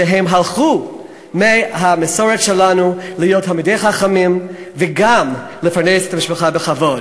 שהם הלכו מהמסורת שלנו להיות תלמידי חכמים וגם לפרנס את המשפחה בכבוד.